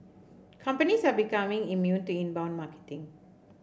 companies are becoming immune to inbound marketing